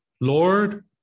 Lord